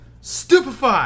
Stupefy